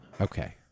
Okay